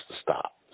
stop